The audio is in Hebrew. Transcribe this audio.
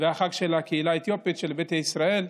זה החג של הקהילה האתיופית, של ביתא ישראל.